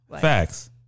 Facts